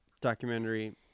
Documentary